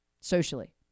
socially